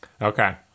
Okay